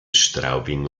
straubing